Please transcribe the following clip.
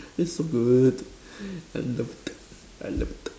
it's so good I love that I love that